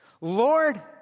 Lord